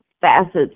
facets